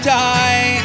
die